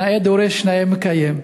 נאה דורש, נאה מקיים.